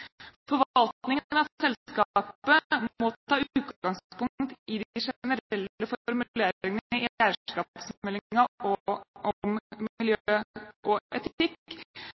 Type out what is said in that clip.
Forvaltningen av selskapet må ta utgangspunkt i de generelle formuleringene i eierskapsmeldingen om miljø og